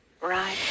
Right